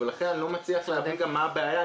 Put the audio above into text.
ולכן אני לא מצליח להבין גם מה הבעיה,